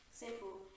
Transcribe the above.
simple